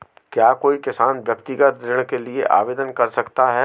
क्या कोई किसान व्यक्तिगत ऋण के लिए आवेदन कर सकता है?